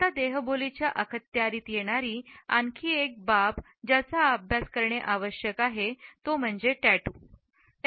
आता देहबोली च्या अखत्यारीत येणारी आणखी एक बाब ज्याचा अभ्यास करणे आवश्यक आहे तो म्हणजे टॅटू